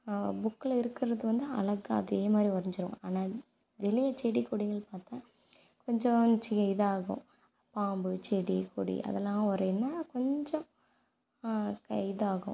புக்கில் இருக்கிறது வந்து அழகாக அதேமாதிரி வரைஞ்சிருவோம் ஆனால் வெளியே செடி கொடிகள் பார்த்தா கொஞ்சம் சே இதாகும் பாம்பு செடி கொடி அதெல்லாம் வரையணுன்னால் கொஞ்சம் கை இதாகும்